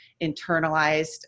internalized